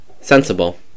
Sensible